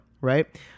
right